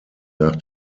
nach